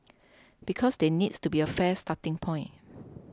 because there needs to be a fair starting point